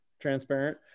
transparent